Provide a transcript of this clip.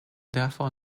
therefore